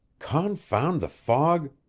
confound the fog!